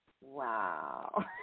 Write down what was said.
wow